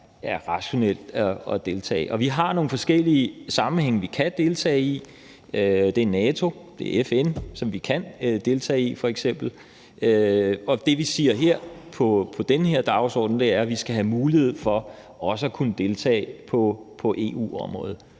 er rationelt at deltage. Der er nogle forskellige sammenhænge, vi kan deltage i – det er f.eks. NATO og FN – og det, vi siger her, og som er på den her dagsorden, er, at vi skal have mulighed for også at kunne deltage på EU-området.